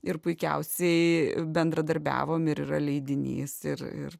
ir puikiausiai bendradarbiavom ir yra leidinys ir ir